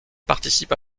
participe